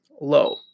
low